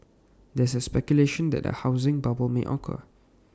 there is speculation that A housing bubble may occur